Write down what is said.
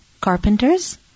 carpenters